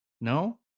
No